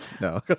No